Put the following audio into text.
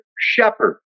shepherd